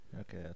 Okay